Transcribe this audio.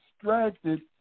distracted